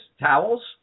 towels